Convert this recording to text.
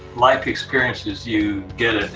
life experiences, you get it.